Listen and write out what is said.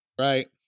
Right